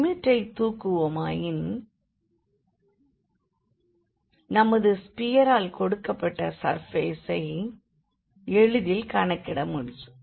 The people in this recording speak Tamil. லிமிட்டைத் தூக்குவதன் மூலம் நமது ஸ்பியரால் கொடுக்கப்பட்ட சர்ஃபேஸை எளிதில் கணக்கிட முடியும்